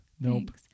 nope